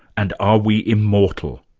and are we immortal?